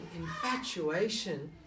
infatuation